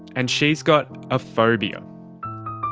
and she has got a phobia.